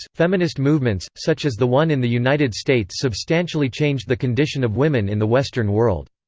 feminist movements, such as the one in the united states substantially changed the condition of women in the western world.